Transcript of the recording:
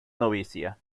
novicia